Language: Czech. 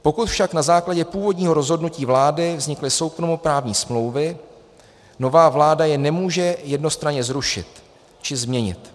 Pokud však na základě původního rozhodnutí vlády vznikly soukromoprávní smlouvy, nová vláda je nemůže jednostranně zrušit či změnit.